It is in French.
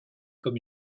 comme